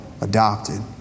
adopted